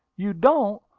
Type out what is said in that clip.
you don't!